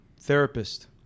Therapist